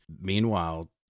Meanwhile